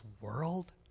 world